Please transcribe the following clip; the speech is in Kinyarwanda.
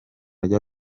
rya